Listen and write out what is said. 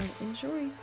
enjoy